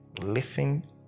listen